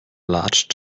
large